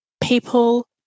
people